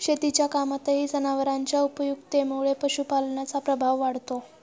शेतीच्या कामातही जनावरांच्या उपयुक्ततेमुळे पशुपालनाचा प्रभाव वाढतो